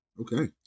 okay